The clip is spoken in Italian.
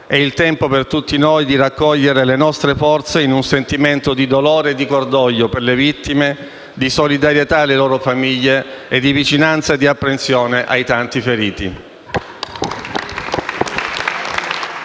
è il tempo per tutti noi di raccogliere le nostre forze in un sentimento di dolore e cordoglio per le vittime, di solidarietà alle loro famiglie, di apprensione e di vicinanza ai tanti feriti.